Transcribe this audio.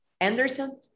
Anderson